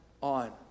on